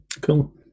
Cool